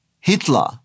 Hitler